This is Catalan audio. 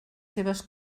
seves